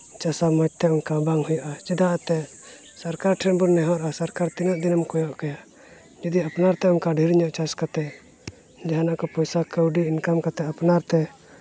ᱪᱟᱥ ᱦᱚᱸ ᱚᱱᱠᱟ ᱢᱚᱡᱽᱛᱮ ᱵᱟᱝ ᱦᱩᱭᱩᱜᱼᱟ ᱪᱮᱫᱟᱛᱮ ᱥᱚᱨᱠᱟᱨ ᱴᱷᱮᱱ ᱵᱚᱱ ᱱᱮᱦᱚᱨᱚᱜᱼᱟ ᱥᱚᱨᱠᱟᱨ ᱛᱤᱱᱟᱹᱜ ᱫᱤᱱᱮᱢ ᱠᱚᱭᱚᱜ ᱠᱟᱭᱟ ᱡᱩᱫᱤ ᱟᱯᱱᱟᱨᱛᱮ ᱚᱱᱠᱟ ᱰᱷᱮᱹᱨ ᱧᱚᱜ ᱪᱟᱥ ᱠᱟᱛᱮᱫ ᱡᱟᱦᱟᱱᱟᱜ ᱠᱚ ᱯᱚᱭᱥᱟ ᱠᱟᱹᱣᱰᱤ ᱤᱱᱠᱟᱢ ᱠᱟᱛᱮᱫ ᱟᱯᱢᱱᱟᱨᱛᱮ